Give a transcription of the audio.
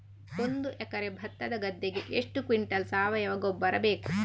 ಒಂದು ಎಕರೆ ಭತ್ತದ ಗದ್ದೆಗೆ ಎಷ್ಟು ಕ್ವಿಂಟಲ್ ಸಾವಯವ ಗೊಬ್ಬರ ಬೇಕು?